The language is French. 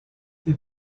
les